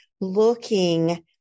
looking